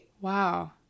Wow